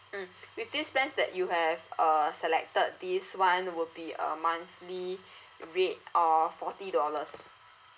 mm with this plans that you have uh selected this [one] would be a monthly rate of forty dollars